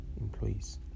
employees